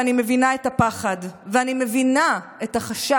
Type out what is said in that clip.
ואני מבינה את הפחד,